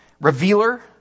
Revealer